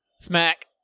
Smack